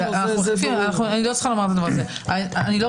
האם אתם